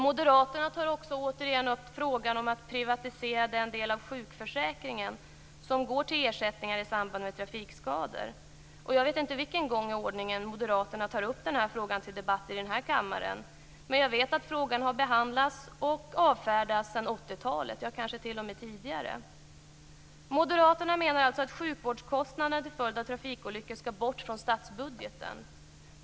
Moderaterna tar återigen upp frågan om att privatisera den del av sjukförsäkringen som går till ersättningar i samband med trafikskador. Jag vet inte vilken gång i ordningen som moderaterna för upp denna fråga till debatt i den här kammaren, men jag vet att frågan har behandlats och avfärdats sedan 80-talet, ja, kanske t.o.m. tidigare. Moderaterna menar alltså att sjukvårdskostnaderna till följd av trafikolyckor skall bort från statsbudgeten.